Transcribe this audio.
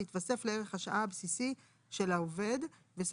ויתווסף לערך השעה הביסי של העובד.